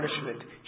punishment